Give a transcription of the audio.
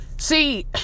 See